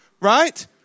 right